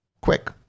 Quick